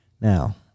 now